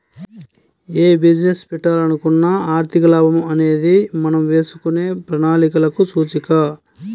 యే బిజినెస్ పెట్టాలనుకున్నా ఆర్థిక లాభం అనేది మనం వేసుకునే ప్రణాళికలకు సూచిక